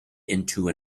into